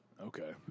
Okay